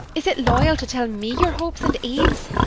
is it loyal to tell me your hopes and aims?